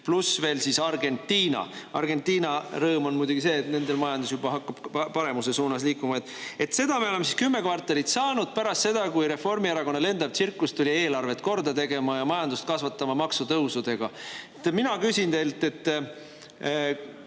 pluss Argentiina. Argentiina rõõm on muidugi see, et nendel hakkab majandus juba paremuse suunas liikuma. Seda me oleme kümme kvartalit [näinud] alates sellest, kui Reformierakonna lendav tsirkus tuli eelarvet korda tegema ja majandust kasvatama maksutõusudega. Mina küsin teilt –